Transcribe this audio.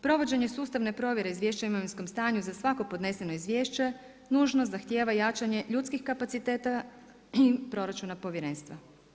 Provođenje sustavne provjere izvješća o imovinskom stanju za svako poneseno izvješće, nužno zahtijeva jačanje ljudskih kapaciteta proračuna povjerenstva.